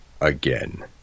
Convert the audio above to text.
again